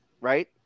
right